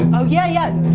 ah oh, yeah, yeah.